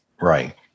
Right